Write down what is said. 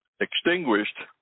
extinguished